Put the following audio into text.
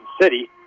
City